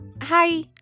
Hi